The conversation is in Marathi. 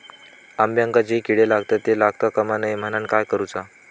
अंब्यांका जो किडे लागतत ते लागता कमा नये म्हनाण काय करूचा?